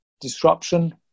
disruption